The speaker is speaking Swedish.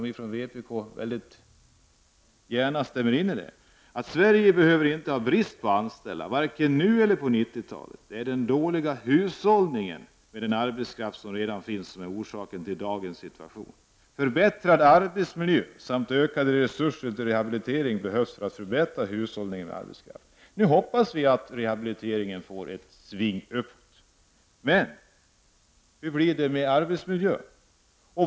Vi från vpk vill gärna stämma in i vad han då sade: Sverige behöver inte ha brist på anställda, varken nu eller på 90-talet. Det är den dåliga hushållningen med den arbetskraft som redan finns som är orsaken till dagens situation. Vi måste få förbättrad arbetsmiljö samt ökade resurser till rehabilitering för att förbättra hushållningen med arbetskraft. Nu hoppas vi att rehabiliteringen får sig ett sving uppåt. Men hur blir det med arbetsmiljön?